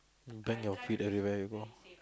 bang your feet everywhere you go